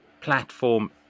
platform